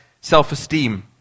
self-esteem